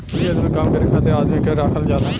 खेत में काम करे खातिर आदमी के राखल जाला